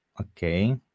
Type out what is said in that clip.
okay